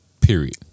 Period